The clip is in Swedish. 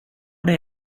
dig